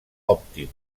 òptim